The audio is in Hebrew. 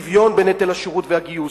שוויון בנטל השירות והגיוס.